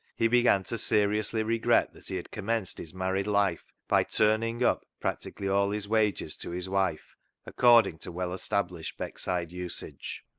he began to seriously regret that he had commenced his married life by turn ing up practically all his wages to his wife according to well established beckside usage.